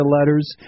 letters